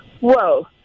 Whoa